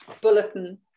bulletin